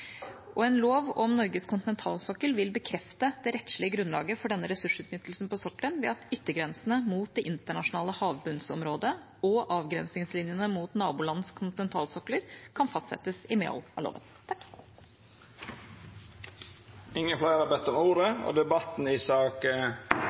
En lov om Norges kontinentalsokkel vil bekrefte det rettslige grunnlaget for denne ressursutnyttelsen på sokkelen ved at yttergrensene mot det internasjonale havbunnsområdet og avgrensningslinjene mot nabolands kontinentalsokler kan fastsettes i medhold av loven. Fleire har ikkje bedt om ordet